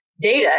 data